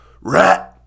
rat